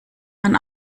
man